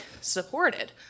supported